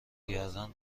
گردن